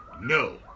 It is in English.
No